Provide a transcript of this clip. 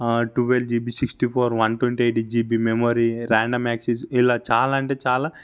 twelve GB sixty four one twenty eight GB memory random access ఇలా చాలా అంటే చాలా